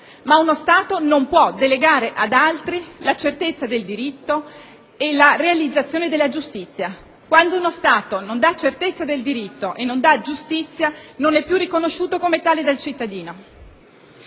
ma uno Stato non può delegare ad altri la certezza del diritto e la realizzazione della giustizia. Quando uno Stato non dà certezza del diritto e non dà giustizia non è più riconosciuto come tale dal cittadino.